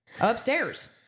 upstairs